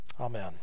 Amen